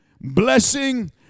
blessing